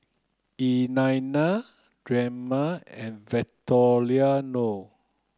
Eliana Drema and Victoriano